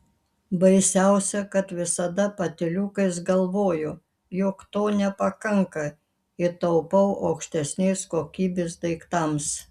baisiausia kad visada patyliukais galvoju jog to nepakanka ir taupau aukštesnės kokybės daiktams